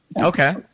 Okay